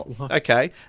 Okay